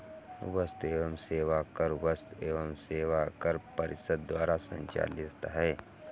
वस्तु एवं सेवा कर वस्तु एवं सेवा कर परिषद द्वारा संचालित है